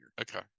Okay